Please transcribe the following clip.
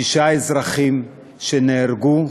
שישה אזרחים שנהרגו,